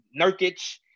Nurkic